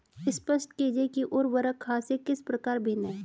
स्पष्ट कीजिए कि उर्वरक खाद से किस प्रकार भिन्न है?